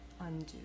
undo